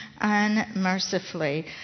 unmercifully